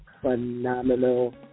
phenomenal